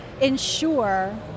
ensure